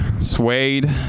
suede